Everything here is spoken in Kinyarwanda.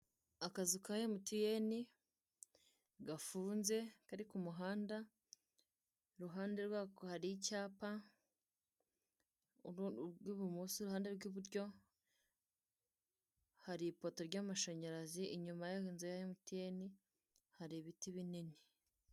Akazu ka Emutiyene gafunze kari ku muhanda, i ruhande rwako hari icyapa rw'ibumoso ihande rw'iburyo hari ipoto ry'amashanyarazi inyuma y'inzu ya Emutiyeni hari ibiti binini.